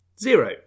Zero